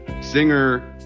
singer